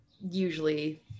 usually